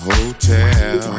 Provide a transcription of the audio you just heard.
Hotel